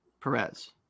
Perez